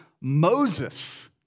Moses